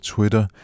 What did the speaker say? Twitter